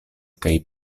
kaj